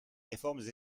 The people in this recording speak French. réformes